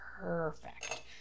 Perfect